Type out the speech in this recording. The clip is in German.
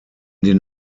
den